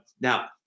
now